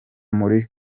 muri